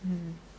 um